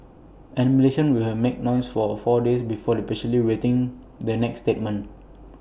and Malaysians will have make noise for four days before the patiently waiting the next statement